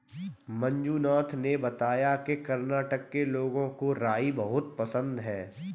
मंजुनाथ ने बताया कि कर्नाटक के लोगों को राई बहुत पसंद है